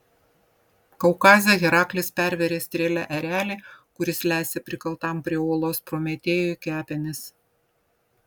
kaukaze heraklis pervėrė strėle erelį kuris lesė prikaltam prie uolos prometėjui kepenis